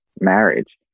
marriage